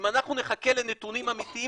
אם אנחנו נחכה לנתונים אמיתיים